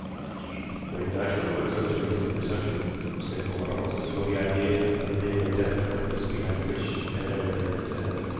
i did. quite natural at such an important reception, said quarles, as though the idea of there being a definite purpose behind the wish had never entered his head.